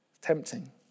Tempting